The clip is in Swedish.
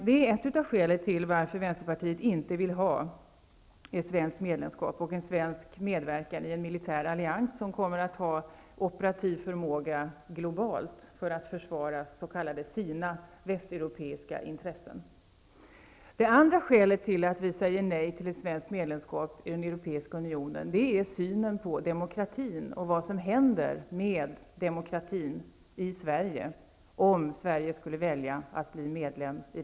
Det är ett av skälen till att Vänsterpartiet inte vill ha ett svenskt medlemskap. Vi vill inte ha en svensk medverkan i en militär allians som kommer att ha operativ förmåga globalt för att försvara ''sina'' västeuropeiska intressen. Det andra skälet till att vi säger nej till ett svenskt medlemskap i den europeiska unionen är synen på demokratin och vad som händer med demokratin i Sverige om Sverige skulle välja att bli medlem.